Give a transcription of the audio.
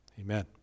Amen